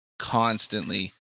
constantly